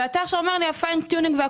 ועכשיו אתה אומר שאתה בכוונון העדין והכל.